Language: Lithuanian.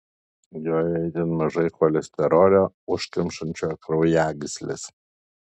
joje itin mažai cholesterolio užkemšančio kraujagysles